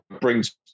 brings